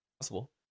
Possible